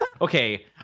Okay